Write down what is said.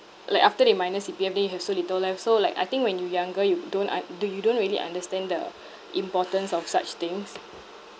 like after they minus C_P_F then you have so little left so like I think when you younger you don't uh do you don't really understand the importance of such things